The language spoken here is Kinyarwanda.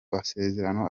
masezerano